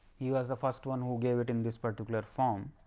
yeah was the first one who gave it in this particular form.